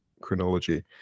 chronology